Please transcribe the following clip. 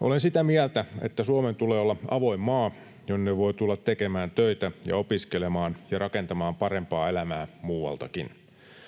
Olen sitä mieltä, että Suomen tulee olla avoin maa, jonne voi tulla tekemään töitä ja opiskelemaan ja rakentamaan parempaa elämää muualtakin.